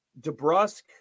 Debrusque